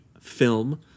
film